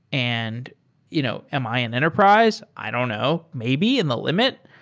and you know am i an enterprise? i don't know. maybe in the limit.